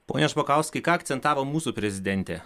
pone špokauskai ką akcentavo mūsų prezidentė